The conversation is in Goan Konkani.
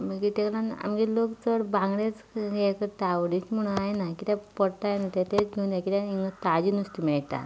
मागीर ताका लागून आमचो लोक चड बांगडेच हें करता आवडीचे म्हणूं जायना कित्याक पडटात न्हय ते तेच घेवन हे किद्याक ताजें नुस्तें मेळटा